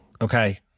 Okay